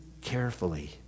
carefully